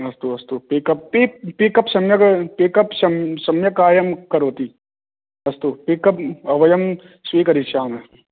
अस्तु अस्तु pickup pickup सम्यक् पिकप् सम्यक् कार्यं करोति अस्तु पिकप् वयं स्वीकरिष्यामः